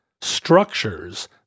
structures